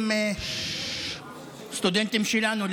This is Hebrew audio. סטודנטים שלנו,